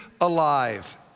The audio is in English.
alive